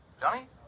Johnny